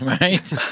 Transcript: Right